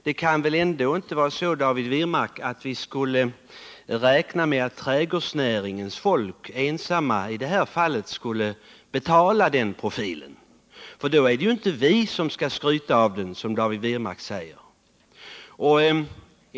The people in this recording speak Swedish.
Vi kan väl ändå inte, David Wirmark, räkna med att trädgårdsnäringens folk ensamma skall stå för kostnaderna? Då är det inte vi som kan skryta med den profilen.